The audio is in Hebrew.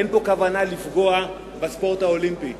אין פה כוונה לפגוע בספורט האולימפי.